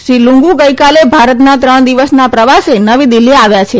શ્રી લુગું ગઇકાલે ભારતના ત્રણ દિવસના પ્રવાસે નવી દિલ્ફી આવ્યા છે